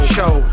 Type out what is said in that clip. Show